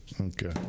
okay